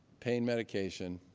pain medication,